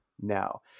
now